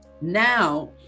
now